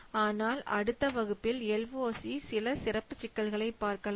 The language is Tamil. ஆனால் அடுத்த வகுப்பில் LOC சில சிறப்பு சிக்கல்களை பார்க்கலாம்